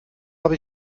habe